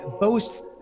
boast